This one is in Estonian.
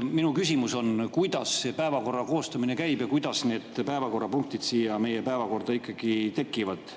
Minu küsimus on, kuidas see päevakorra koostamine käib ja kuidas need päevakorrapunktid siia meie päevakorda ikkagi tekivad